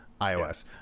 iOS